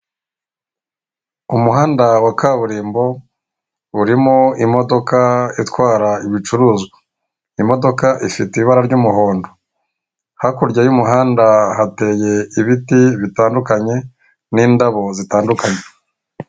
Umuhanda wa kaburimbo urimo imodoka itwara ibicuruzwa ,imodoka ifite ibara ry'umuhondo hakurya y'umuhanda hateye ibiti bitandukanye n'indabo zitandukanye .